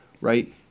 right